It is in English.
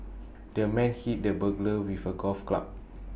the man hit the burglar with A golf club